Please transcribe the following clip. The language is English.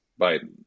Biden